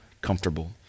comfortable